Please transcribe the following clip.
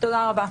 תודה רבה.